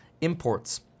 imports